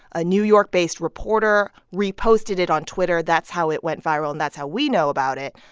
a new york-based reporter reposted it on twitter. that's how it went viral, and that's how we know about it.